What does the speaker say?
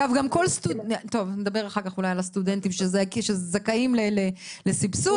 נדבר אחר כך על הסטודנטים שזכאים לסבסוד.